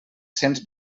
cents